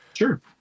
Sure